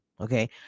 Okay